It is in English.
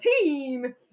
team